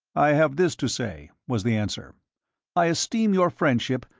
i have this to say, was the answer i esteem your friendship,